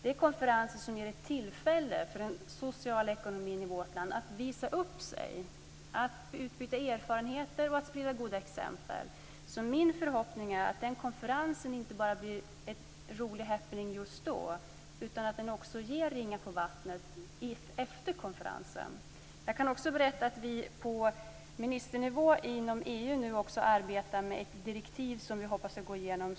Det är konferenser som ger tillfälle för den sociala ekonomin i vårt land att visa upp sig, att utbyta erfarenheter och att sprida goda exempel. Så min förhoppning är att konferensen inte bara blir en rolig happening just då, utan att den också ger ringar på vattnet efter konferensen. Jag kan också berätta att vi på ministernivå inom EU nu arbetar med ett direktiv som vi hoppas ska gå igenom.